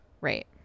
right